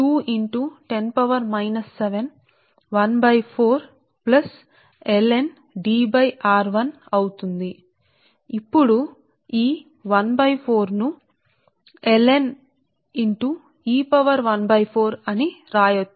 ఇప్పుడు 2 into ten to the power of minus 7ను మీరు ln ను వ్రాయండి ఈ 1 బై 4 ను మీరు e to the power of 1 4 అని వ్రాయవచ్చు